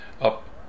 up